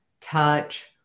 touch